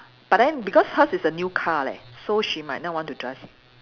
but then because hers is a new car leh so she might not want to drive